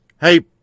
Hey